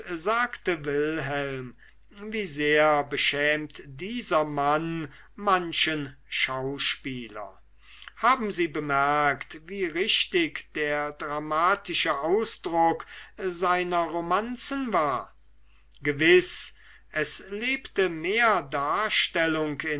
sagte wilhelm wie sehr beschämt dieser mann manchen schauspieler haben sie bemerkt wie richtig der dramatische ausdruck seiner romanzen war gewiß es lebte mehr darstellung